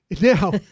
Now